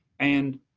and